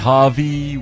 Harvey